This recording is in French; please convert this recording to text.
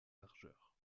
largeur